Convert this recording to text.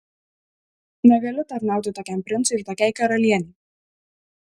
negaliu tarnauti tokiam princui ir tokiai karalienei